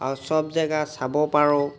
আৰু চব জেগা চাব পাৰোঁ